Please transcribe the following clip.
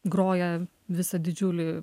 groja visą didžiulį